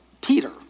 Peter